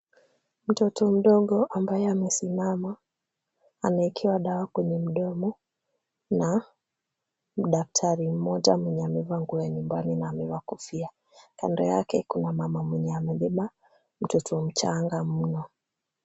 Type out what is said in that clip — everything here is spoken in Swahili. Mtoto mdogo ambaye amesimama anawekewa dawa kwenye mdomo na daktari mmoja mwenye amevaa nguo ya nyumbani na amevaa kofia. Kando yake kuna mama mwenye amebeba mtoto mchanga mno.